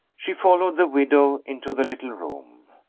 she followed the widow into the little room.